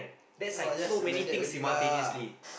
cannot just like that only lah